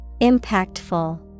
Impactful